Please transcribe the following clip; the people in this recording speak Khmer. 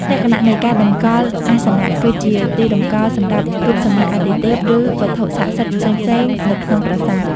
លក្ខណៈនៃការតម្កល់អាសនៈ គឺជាទីតម្កល់សម្រាប់រូបសំណាកអាទិទេព ឬវត្ថុសក្តិសិទ្ធិផ្សេងៗនៅក្នុងប្រាសាទ។